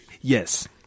Yes